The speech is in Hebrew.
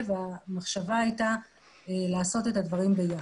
והמחשבה הייתה לעשות את הדברים ביחד.